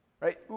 right